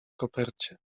kopercie